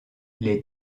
les